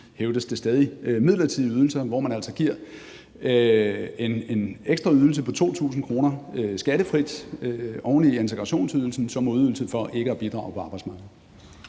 hævdes det stadig, midlertidige ydelser, hvor man altså giver en ekstra ydelse på 2.000 kr. skattefrit oven i integrationsydelsen som modydelse for ikke at bidrage på arbejdsmarkedet.